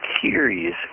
curious